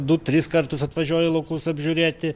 du tris kartus atvažiuoja laukus apžiūrėti